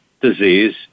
disease